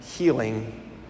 healing